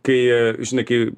kai šneki